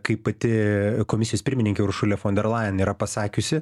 kaip pati komisijos pirmininkė uršulė fonderlajen yra pasakiusi